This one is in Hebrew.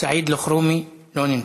סעיד אלחרומי, לא נמצא,